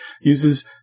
uses